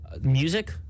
music